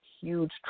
huge